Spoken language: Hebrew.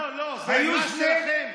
לא לא, זו יוזמה שלכם.